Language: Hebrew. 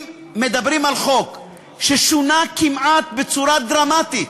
אם מדברים על חוק ששונה כמעט בצורה דרמטית,